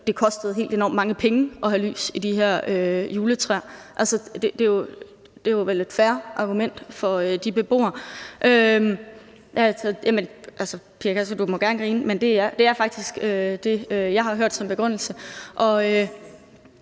det kostede enormt mange penge at have lys i de her juletræer. Det er vel et fair argument for de beboere. Pia Kjærsgaard, du må gerne grine, men det er faktisk det, jeg har hørt som begrundelse.